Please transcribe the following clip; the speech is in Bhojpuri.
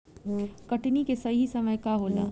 कटनी के सही समय का होला?